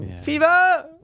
Fever